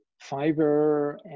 fiber